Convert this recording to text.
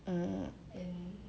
mmhmm